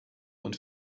und